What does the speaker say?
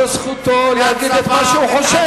זו זכותו להגיד את מה שהוא חושב.